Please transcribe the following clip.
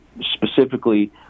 specifically